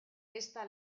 esta